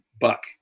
buck